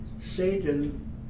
Satan